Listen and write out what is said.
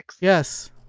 Yes